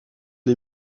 les